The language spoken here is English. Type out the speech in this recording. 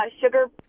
Sugar